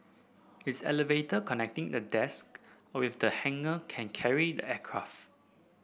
its elevator connecting the desk with the hangar can carry the aircraft